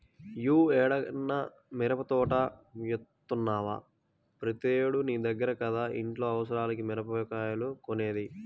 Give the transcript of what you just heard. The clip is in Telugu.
యీ ఏడన్నా మిరపదోట యేత్తన్నవా, ప్రతేడూ నీ దగ్గర కదా ఇంట్లో అవసరాలకి మిరగాయలు కొనేది